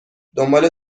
دنبال